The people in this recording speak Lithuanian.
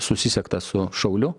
susisiekta su šauliu